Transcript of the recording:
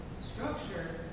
structure